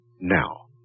now